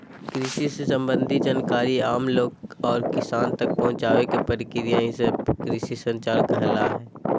कृषि से सम्बंधित जानकारी आम लोग और किसान तक पहुंचावे के प्रक्रिया ही कृषि संचार कहला हय